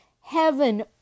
heaven